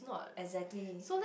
exactly